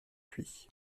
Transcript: cuit